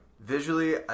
Visually